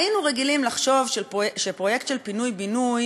היינו רגילים לחשוב שפרויקט של פינוי-בינוי